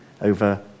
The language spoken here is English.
over